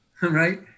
right